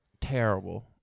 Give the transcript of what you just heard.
Terrible